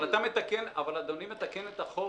אבל אדוני מתקן את החוק.